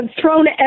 thrown